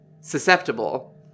susceptible